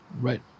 right